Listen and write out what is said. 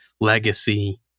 legacy